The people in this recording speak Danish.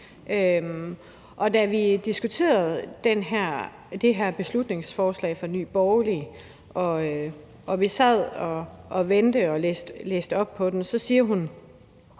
Da vi diskuterede det her beslutningsforslag fra Nye Borgerlige og vi sad og vendte det og læste op på det, så siger hun